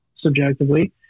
subjectively